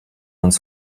uns